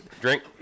Drink